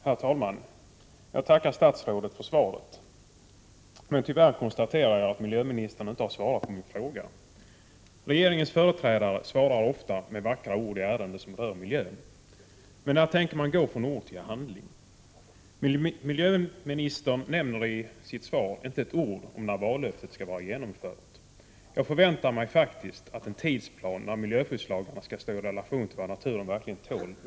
Herr talman! Jag tackar statsrådet för svaret, men tyvärr konstaterar jag att miljöministern inte har svarat på min fråga. Regeringens företrädare svarar ofta med vackra ord i ärenden som rör miljön, men när tänker man gå från ord till handling? Miljöministern nämner i sitt svar inte ett ord om när vallöftet skall vara infriat. Jag förväntar mig faktiskt att en tidsplan upprättas för när miljöskyddslagstiftningen skall stå i relation till vad naturen verkligen tål.